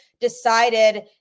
decided